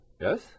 Yes